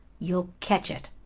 you'll catch it,